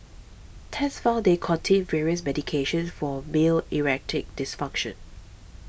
tests found they contained various medications for male erecting dysfunction